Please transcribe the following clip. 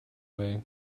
way